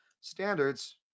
standards